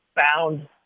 found